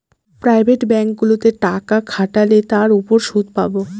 private ব্যাঙ্কগুলোতে টাকা খাটালে তার উপর সুদ পাবো